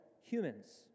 humans